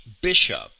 bishop